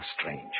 strange